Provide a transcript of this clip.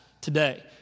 today